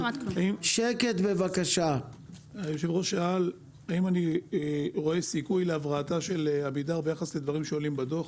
שאל האם אני רואה סיכוי להבראתה של עמידר ביחס לדברים שעולים בדוח.